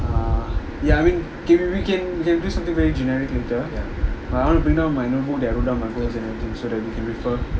uh ya I mean okay we we can we can do something very generic later err I wanna bring down my notebook that I wrote down my goals and everything so that we can refer